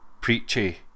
preachy